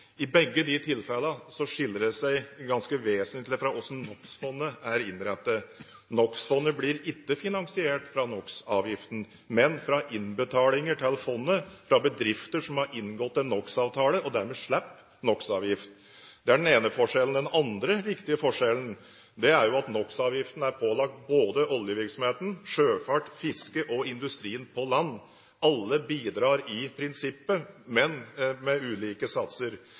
Begge de tilfellene skiller seg ganske vesentlig fra hvordan NOx-fondet er innrettet. NOx-fondet blir ikke finansiert av NOx-avgiften, men fra innbetalinger til fondet fra bedrifter som har inngått en NOx-avtale og dermed slipper NOx-avgift. Det er den ene forskjellen. Den andre viktige forskjellen er at NOx-avgiften er pålagt både oljevirksomheten, sjøfarten, fisket og industrien på land – alle bidrar i prinsippet, men med ulike satser.